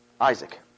Isaac